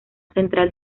central